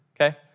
okay